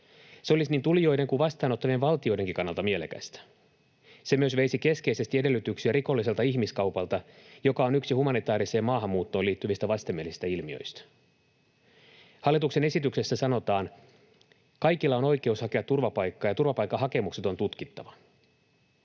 Se olisi niin tulijoiden kuin vastaanottavien valtioidenkin kannalta mielekästä. Se myös veisi keskeisesti edellytyksiä rikolliselta ihmiskaupalta, joka on yksi humanitaariseen maahanmuuttoon liittyvistä vastenmielisistä ilmiöistä. Hallituksen esityksessä sanotaan: kaikilla on oikeus hakea turvapaikkaa ja turvapaikkahakemukset on tutkittava.